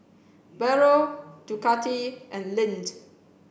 Barrel Ducati and Lindt